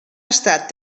estat